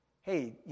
Hey